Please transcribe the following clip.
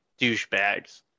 douchebags